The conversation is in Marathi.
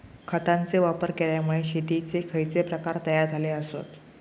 खतांचे वापर केल्यामुळे शेतीयेचे खैचे प्रकार तयार झाले आसत?